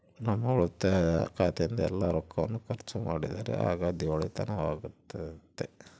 ನಮ್ಮ ಉಳಿತಾಯ ಖಾತೆಯಿಂದ ಎಲ್ಲ ರೊಕ್ಕವನ್ನು ಖರ್ಚು ಮಾಡಿದರೆ ಆಗ ದಿವಾಳಿತನವಾಗ್ತತೆ